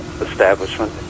establishment